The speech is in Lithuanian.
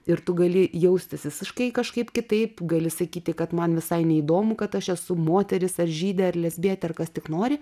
ir tu gali jaustis isiškai kažkaip kitaip gali sakyti kad man visai neįdomu kad aš esu moteris ar žydė ar lesbietė ar kas tik nori